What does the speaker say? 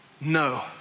No